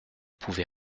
pouvez